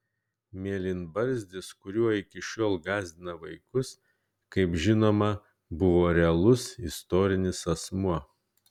mėlynbarzdis kuriuo iki šiol gąsdina vaikus kaip žinoma buvo realus istorinis asmuo